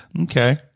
okay